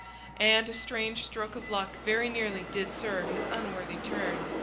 and a strange stroke of luck very nearly did serve his unworthy turn.